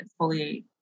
exfoliate